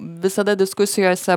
visada diskusijose